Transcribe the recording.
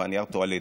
ונייר הטואלט,